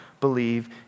believe